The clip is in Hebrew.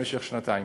במשך שנתיים.